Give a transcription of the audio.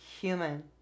human